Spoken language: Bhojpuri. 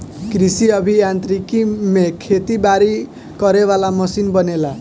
कृषि अभि यांत्रिकी में खेती बारी करे वाला मशीन बनेला